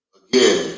again